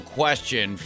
question